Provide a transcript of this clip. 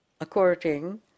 according